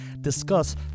discuss